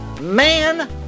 Man